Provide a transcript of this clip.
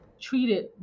treated